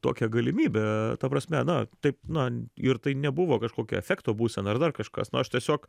tokią galimybę ta prasme na taip na ir tai nebuvo kažkokia afekto būsena ar dar kažkas na aš tiesiog